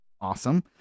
awesome